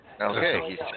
Okay